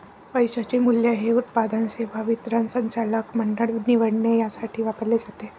पैशाचे मूल्य हे उत्पादन, सेवा वितरण, संचालक मंडळ निवडणे यासाठी वापरले जाते